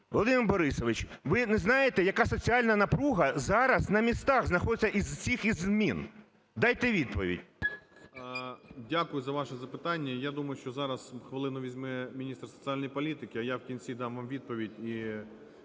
Володимир Борисович, ви не знаєте, яка соціальна напруга зараз на місцях знаходиться із цих із змін? Дайте відповідь. 10:57:33 ГРОЙСМАН В.Б. Дякую за ваше запитання. Я думаю, що зараз хвилину візьме міністр соціальної політики, а я вкінці дам вам відповідь